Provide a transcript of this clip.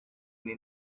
iyi